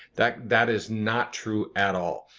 that that is not true at all.